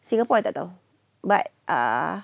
singapore I tak tahu but uh